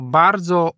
bardzo